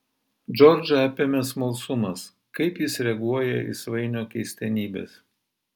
džordžą apėmė smalsumas kaip jis reaguoja į svainio keistenybes